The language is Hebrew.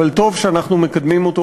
וטוב שאנחנו מקדמים אותו,